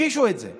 הגישו את זה.